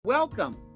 Welcome